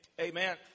Amen